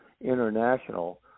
international